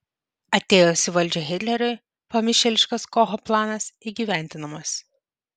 atėjus į valdžią hitleriui pamišėliškas kocho planas įgyvendinamas